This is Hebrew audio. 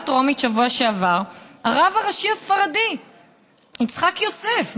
בשבוע שעבר הרב הראשי הספרדי יצחק יוסף,